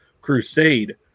Crusade